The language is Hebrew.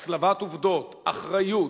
הצלבת עובדות, אחריות,